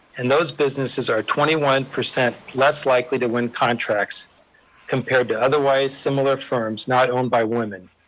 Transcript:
and those businesses are twenty one percent less likely to win contracts compared to otherwise similar firms not owned by women,